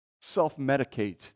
Self-medicate